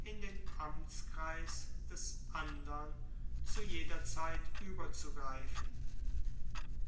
in den amtskreis des andern zu jeder zeit ueberzugreifen